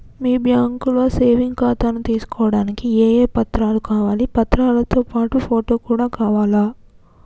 మీ బ్యాంకులో సేవింగ్ ఖాతాను తీసుకోవడానికి ఏ ఏ పత్రాలు కావాలి పత్రాలతో పాటు ఫోటో కూడా కావాలా?